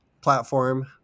platform